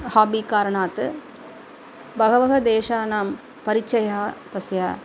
hobby कारणात् बहवः देशानां परिचयः तस्य